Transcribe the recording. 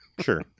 Sure